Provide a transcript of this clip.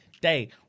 day